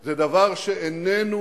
זה דבר שאיננו